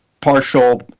partial